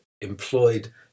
employed